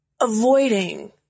avoiding